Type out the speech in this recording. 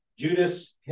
Judas